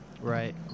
right